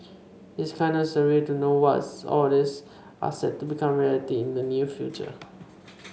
it's kinda surreal to know was all this are set to become reality in the near future